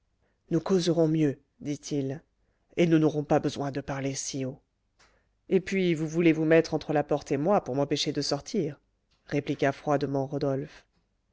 nous causerons mieux dit-il et nous n'aurons pas besoin de parler si haut et puis vous voulez vous mettre entre la porte et moi pour m'empêcher de sortir répliqua froidement rodolphe